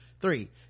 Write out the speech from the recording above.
three